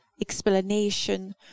explanation